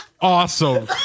Awesome